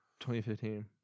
2015